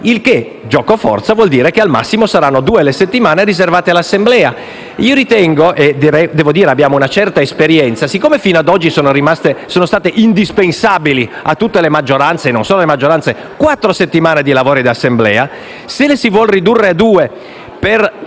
il che - gioco forza - vuol dire che al massimo saranno due le settimane riservate all'Assemblea. Io ritengo - e devo dire che abbiamo una certa esperienza - che, siccome fino ad oggi sono state indispensabili a tutte le maggioranze - e non solo - quattro settimane di lavori di Assemblea, se le si vuole ridurre a due per